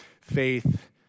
faith